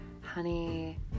honey